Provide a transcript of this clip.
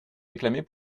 réclamer